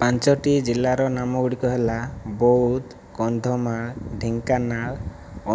ପାଞ୍ଚଟି ଜିଲ୍ଲାର ନାମଗୁଡ଼ିକ ହେଲା ବୌଦ୍ଧ କନ୍ଧମାଳ ଢେଙ୍କାନାଳ